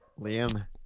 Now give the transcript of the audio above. Liam